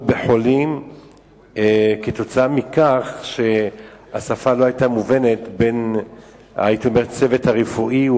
בחולים כתוצאה מכך שהשפה לא היתה מובנת בין הצוות הרפואי,